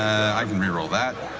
i can re-roll that,